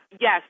Yes